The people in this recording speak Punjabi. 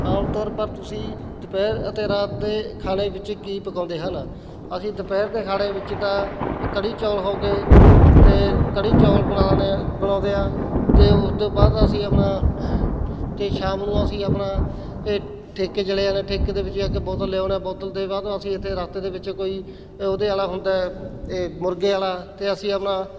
ਆਮ ਤੌਰ ਪਰ ਤੁਸੀਂ ਦੁਪਹਿਰ ਅਤੇ ਰਾਤ ਦੇ ਖਾਣੇ ਵਿੱਚ ਕੀ ਪਕਾਉਂਦੇ ਹਨ ਅਸੀਂ ਦੁਪਹਿਰ ਦੇ ਖਾਣੇ ਵਿੱਚ ਤਾਂ ਕੜੀ ਚੌਲ ਹੋ ਗਏ ਅਤੇ ਕੜੀ ਚੌਲ ਬਣਾਉਣੇ ਬਣਾਉਂਦੇ ਹਾਂ ਅਤੇ ਉਸ ਤੋਂ ਬਾਅਦ ਅਸੀਂ ਆਪਣਾ ਅਤੇ ਸ਼ਾਮ ਨੂੰ ਅਸੀਂ ਆਪਣਾ ਠੇ ਠੇਕੇ ਚਲੇ ਜਾਂਦੇ ਠੇਕੇ ਦੇ ਵਿੱਚ ਜਾ ਕੇ ਬੋਤਲ ਲਿਆਉਂਦਾ ਬੋਤਲ ਦੇ ਬਾਅਦ ਅਸੀਂ ਇੱਥੇ ਰਸਤੇ ਦੇ ਵਿੱਚ ਕੋਈ ਉਹਦੇ ਵਾਲਾ ਹੁੰਦਾ ਹੈ ਇਹ ਮੁਰਗੇ ਵਾਲ਼ਾ ਅਤੇ ਅਸੀਂ ਆਪਣਾ